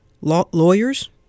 lawyers